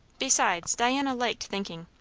besides, diana liked thinking.